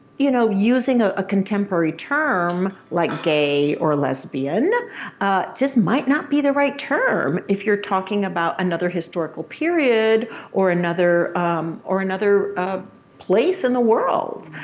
you know using ah a contemporary term like gay or lesbian just might not be the right term if you're talking about another historical period or another or another place in the world.